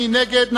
מי נגד?